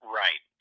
right